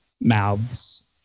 mouths